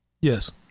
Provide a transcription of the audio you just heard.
Yes